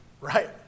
right